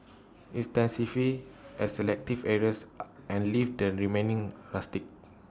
intensify at selective areas and leave the remaining rustic